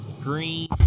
Green